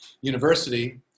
University